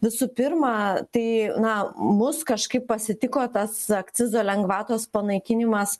visų pirma tai na mus kažkaip pasitiko tas akcizo lengvatos panaikinimas